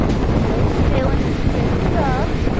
still feeling pretty rough.